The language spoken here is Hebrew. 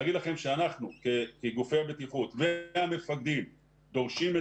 להגיד לכם שאנחנו כגופי הבטיחות והמפקדים דורשים את